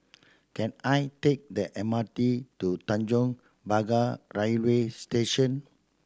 can I take the M R T to Tanjong Pagar Railway Station